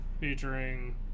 featuring